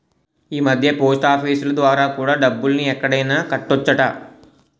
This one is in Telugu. ఈమధ్య పోస్టాఫీసులు ద్వారా కూడా డబ్బుల్ని ఎక్కడైనా కట్టొచ్చట